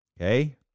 Okay